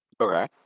Okay